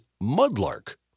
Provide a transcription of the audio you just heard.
mudlark